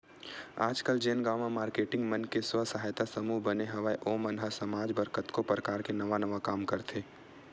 आजकल जेन गांव म मारकेटिंग मन के स्व सहायता समूह बने हवय ओ मन ह समाज बर कतको परकार ले नवा नवा काम करथे